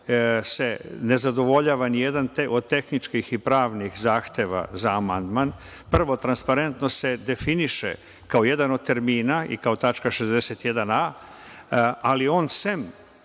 ne zadovoljava nijedan od tehničkih i pravnih zahteva za amandman. Prvo, transparentnost se definiše kao jedan od termina i kao tačka 61a, ali on sem,